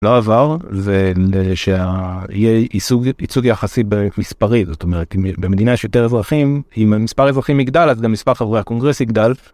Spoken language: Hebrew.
לא עבר ושיהיה ייצוג יחסי במספרי זאת אומרת במדינה שיותר אזרחים אם המספר אזרחים מגדל אז גם מספר חברי הקונגרס יגדל.